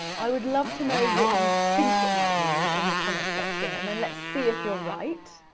i would love to know what you think it might mean in the comments section, and then let's see if you're right.